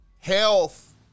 Health